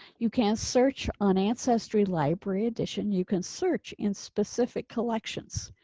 you can search on ancestry library edition, you can search in specific collections.